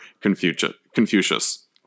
Confucius